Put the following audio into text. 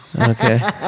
Okay